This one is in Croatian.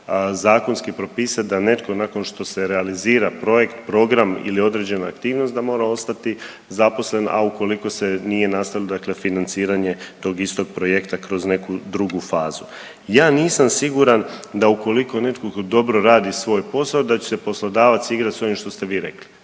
zakonski propisati da netko nakon što se realizira projekt, program ili određena aktivnost da mora ostati zaposlen, a ukoliko se nije nastavilo, dakle financiranje tog istog projekta kroz neku drugu fazu. Ja nisam siguran da ukoliko netko dobro radi svoj posao da će se poslodavac igrati sa ovim što ste vi rekli,